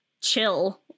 chill